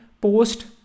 post